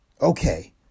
Okay